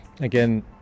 again